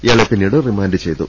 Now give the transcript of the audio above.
ഇയാളെ പിന്നീട് റിമാന്റ് ചെയ്തു